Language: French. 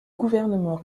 gouvernement